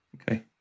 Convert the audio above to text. Okay